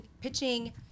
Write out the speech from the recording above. pitching